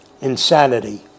insanity